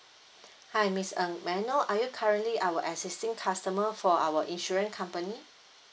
hi miss ng may I know are you currently our existing customer for our insurance company